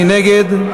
מי נגד?